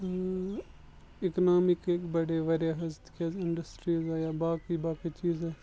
اِکنامِکٕکۍ بَڑے واریاہ حظ تِکیازِ اِنڈَسٹریٖز آیہِ یا باقٕے باقٕے چیٖز